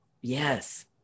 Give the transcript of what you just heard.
Yes